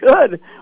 good